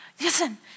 listen